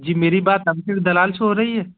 जी मेरी बात दलाल से हो रही है